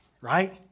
right